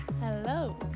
Hello